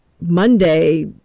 Monday